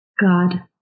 god